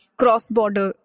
cross-border